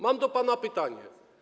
Mam do pana pytanie.